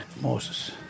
Moses